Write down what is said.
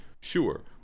Sure